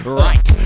right